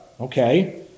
Okay